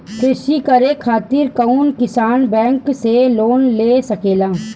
कृषी करे खातिर कउन किसान बैंक से लोन ले सकेला?